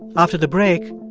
after the break,